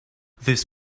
this